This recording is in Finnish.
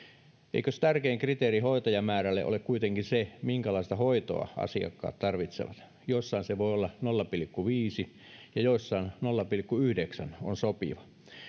eikös tärkein kriteeri hoitajamäärälle ole kuitenkin se minkälaista hoitoa asiakkaat tarvitsevat jossain se voi olla nolla pilkku viisi ja jossain nolla pilkku yhdeksän on sopiva